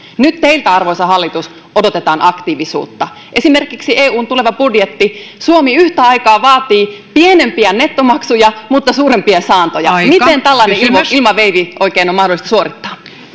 nyt teiltä arvoisa hallitus odotetaan aktiivisuutta esimerkiksi eun tuleva budjetti suomi yhtä aikaa vaatii pienempiä nettomaksuja mutta suurempia saantoja miten tällainen ilmaveivi oikein on mahdollista suorittaa